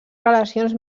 relacions